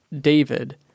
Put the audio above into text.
David